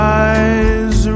eyes